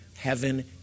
Heaven